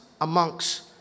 amongst